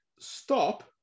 stop